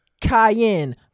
Cayenne